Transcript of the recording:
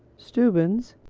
stubbins,